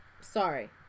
Sorry